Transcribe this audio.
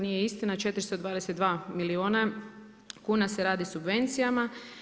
Nije istina, 422 milijuna kuna se radi subvencijama.